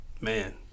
Man